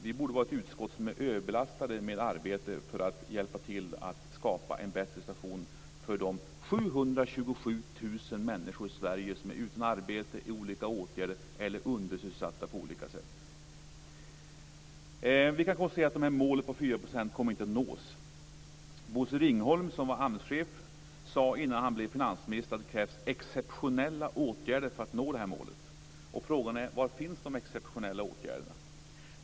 Vi borde vara ett utskott som var överbelastat med arbete för att hjälpa till att skapa en bättre situation för de 727 000 människor i Sverige som är utan arbete, i olika åtgärder eller undersysselsatta på olika sätt. Vi kan konstatera att målet om 4 % inte kommer att nås. Dåvarande AMS-chefen Bosse Ringholm sade innan han blev finansminister att det krävs exceptionella åtgärder för att nå detta mål. Frågan är: Var finns de exceptionella åtgärderna?